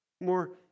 More